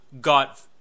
got